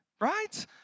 right